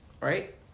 Right